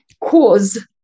cause